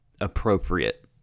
appropriate